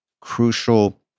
crucial